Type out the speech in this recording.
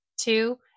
Two